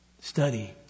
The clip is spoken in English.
study